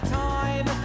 time